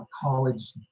college